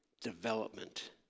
development